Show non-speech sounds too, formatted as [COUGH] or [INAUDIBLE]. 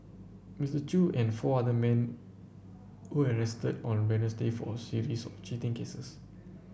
Mister Chew and four other men were arrested on [UNINTELLIGIBLE] for series of cheating cases